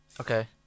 Okay